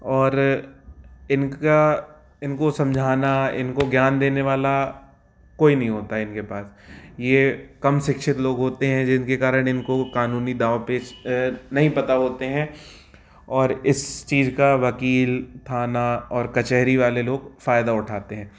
और इनका इनको समझाना इनको ज्ञान देने वाला कोई नहीं होता है इनके पास ये कम शिक्षित लोग होते हैं जिनके कारण इनको कानूनी दाँव पेच नहीं पता होते हैं और इस चीज का वकील थाना और कचहरी वाले लोग फायदा उठाते हैं